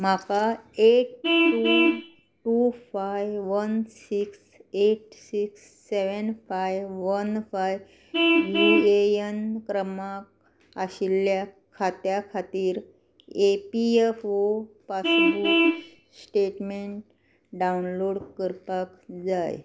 म्हाका eight two two five one six eight six seven five one five U A N क्रमांक आशिल्ल्या खात्या खातीर E P F O passbook statement download करपाक जाय